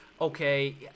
okay